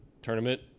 tournament